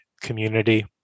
community